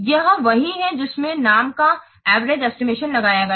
यह वही है जिसमें नाम का एवरेज एस्टिमेशन लगाया गया है